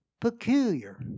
peculiar